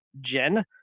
Jen